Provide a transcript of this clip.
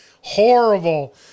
horrible